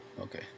Okay